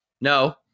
No